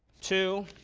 to